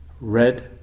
red